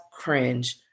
cringe